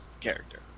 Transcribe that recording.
character